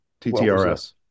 TTRS